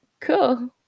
cool